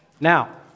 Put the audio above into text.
Now